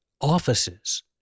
offices